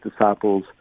disciples